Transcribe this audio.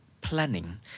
planning